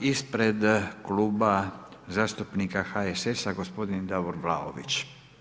Ispred Kluba zastupnika HSS-a gospodin Davor Vlaović.